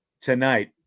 tonight